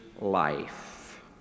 life